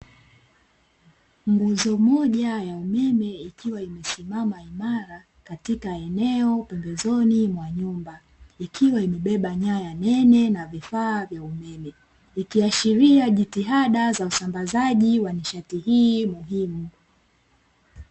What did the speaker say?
Nguzo moja ya umeme ikiwa imesimama imara katika eneo pembezoni mwa nyumba, ikiwa imebeba nyaya nene na vifaa vya umeme. Ikiashiria jitihada za usambazaji wa nishati hiyo muhimu.